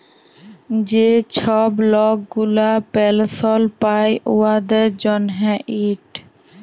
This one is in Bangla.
যে ছব লক গুলা পেলসল পায় উয়াদের জ্যনহে ইট